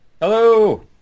Hello